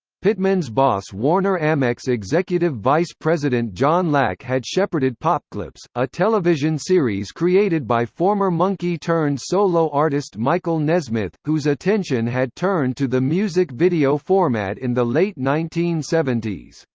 pittman's boss warner-amex executive vice president john lack had shepherded popclips, a television series created by former monkee-turned solo artist michael nesmith, whose attention had turned to the music video format in the late nineteen seventy s.